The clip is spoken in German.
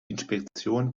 inspektion